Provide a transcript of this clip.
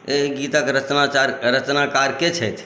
एहि गीतक रचनाकार रचनाकार के छथि